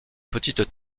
petites